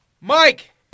Mike